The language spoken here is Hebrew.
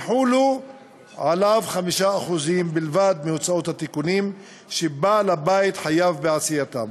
יחולו עליו 5% בלבד מהוצאות התיקונים שבעל-הבית חייב בעשייתם,